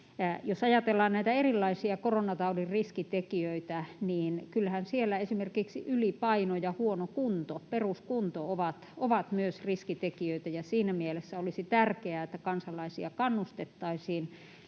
jos ajatellaan näitä erilaisia koronataudin riskitekijöitä, niin kyllähän siellä esimerkiksi ylipaino ja huono kunto, peruskunto, ovat myös riskitekijöitä, ja siinä mielessä olisi tärkeää, että kansalaisia kannustettaisiin